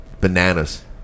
bananas